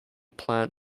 plant